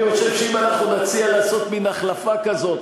אני חושב שאם אנחנו נציע לעשות מין החלפה כזאת,